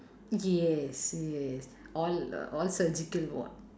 yes yes all uh all surgical [what]